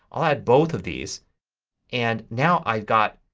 i'll add both of these and now i've got